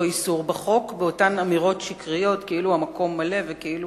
איסור בחוק בתואנות שקריות כאילו המקום מלא או כאילו